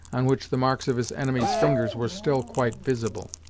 on which the marks of his enemy's fingers were still quite visible.